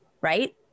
right